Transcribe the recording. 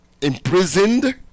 imprisoned